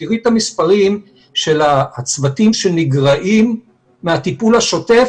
תראי את המספרים של הצוותים שנגרעים מהטיפול השוטף